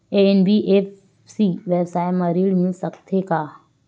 NBFC व्यवसाय मा ऋण मिल सकत हे